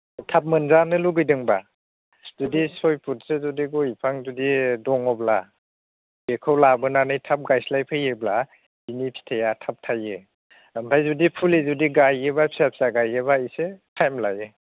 थाब मोनजानो लुगैदोंबा जुदि सय फुथसो जुदि गय बिफां जुदि दङब्ला बेखौ लाबोनानै थाब गायस्लाय फैयोब्ला बिनि फिथाया थाब थाइयो ओमफ्राय जुदि फुलि जुदि गायोबा फिसा फिसा गायोबा इसे टाइम लायो